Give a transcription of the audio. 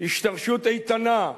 השתרשות איתנה,